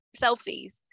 selfies